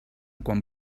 quan